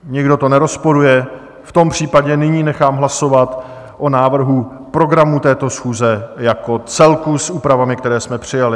Nikdo to nerozporuje, v tom případě nyní nechám hlasovat o návrhu programu této schůze jako celku s úpravami, které jsme přijali.